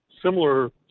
similar